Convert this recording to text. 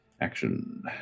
action